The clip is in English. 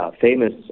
famous